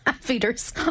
feeders